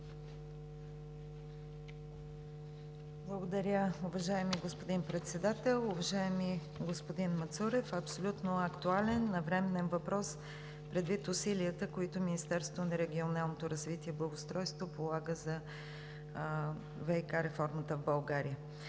Благодаря Ви, уважаеми господин Председател. Уважаеми господин Мацурев, абсолютно актуален и навременен въпрос предвид усилията, които Министерството на регионалното развитие и благоустройството полага за ВиК реформата в България.